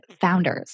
founders